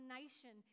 nation